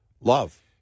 love